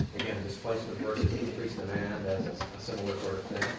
again, displacement versus increased demand as a similar